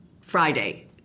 Friday